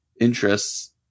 interests